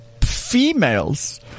Females